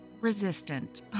resistant